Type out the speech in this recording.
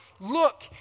Look